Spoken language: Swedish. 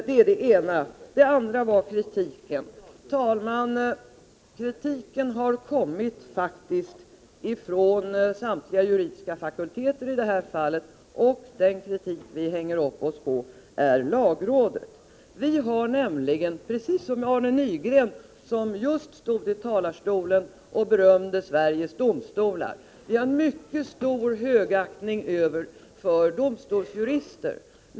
Det var det ena. Det andra gäller kritiken. Herr talman! Kritiken har faktiskt kommit från samtliga juridiska fakulteter. Den kritik vi hänger upp oss på är lagrådets. Vi har nämligen, precis som Arne Nygren, som just stod i talarstolen och berömde Sveriges domstolar, mycket stor högaktning för domstolsjurister.